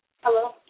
Hello